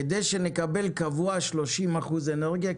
כדי שנקבל באופן קבוע 30 אחוזי אנרגיה,